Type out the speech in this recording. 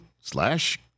slash